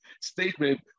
statement